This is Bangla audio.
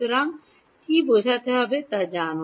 সুতরাং কি বোঝাতে হবে তা জান